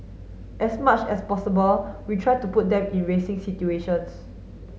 as much as possible we try to put them in racing situations